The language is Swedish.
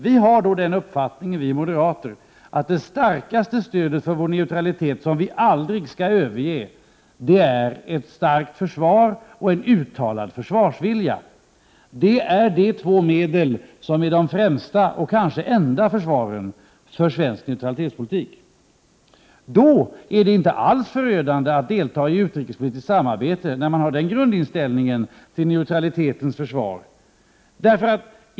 Vi moderater har den uppfattningen att det starkaste stödet för vår neutralitet, som vi aldrig skall överge, är ett starkt försvar och en uttalad försvarsvilja. Det är de två medel som är de främsta och kanske enda försvaren för svensk neutralitetspolitik. När man har den grundinställningen till neutralitetens försvar är det inte alls förödande att delta i utrikespolitiskt samarbete.